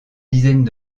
dizaines